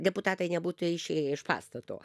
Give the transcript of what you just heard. deputatai nebūtų išėję iš pastato